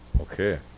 okay